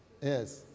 yes